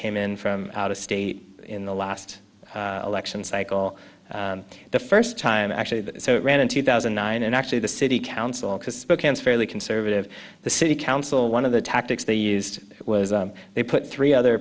came in from out of state in the last election cycle the first time actually that ran in two thousand and nine and actually the city council because bookends fairly conservative the city council one of the tactics they used was they put three other